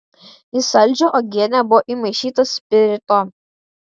į saldžią uogienę buvo įmaišyta spirito